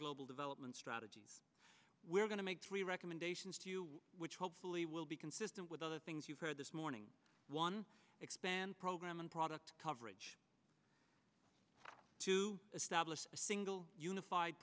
global development strategy we're going to make three recommendations to you which hopefully will be consistent with other things you've heard this morning one expand program on product coverage to establish a single unified